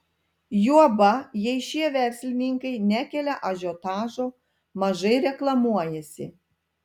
juoba jei šie verslininkai nekelia ažiotažo mažai reklamuojasi